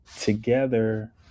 together